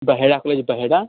Bahera college Bahera